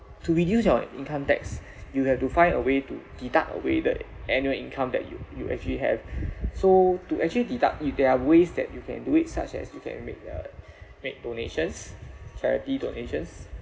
to reduce your income tax you have to find a way to deduct away the annual income that you you actually have so to actually deduct if there are ways that you can do it such as you make uh make donations charity donations